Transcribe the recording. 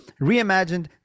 Reimagined